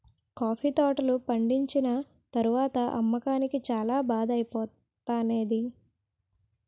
coffee తోటలు పండిచ్చిన తరవాత అమ్మకానికి చాల బాధ ఐపోతానేది